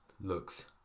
looks